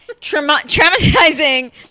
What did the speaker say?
traumatizing